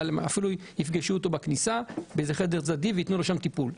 אפילו יפגשו אותו בכניסה בחדר צדדי ושם ייתנו לו טיפול.